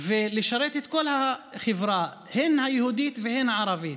ולשרת את כל החברה, הן היהודית והן הערבית,